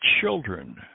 children